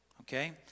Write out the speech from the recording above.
Okay